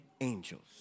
angels